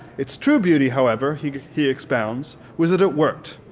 its true beauty, however, he he expounds, was that it worked.